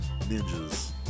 Ninjas